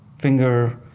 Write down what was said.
finger